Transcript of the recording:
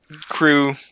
crew